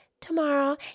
tomorrow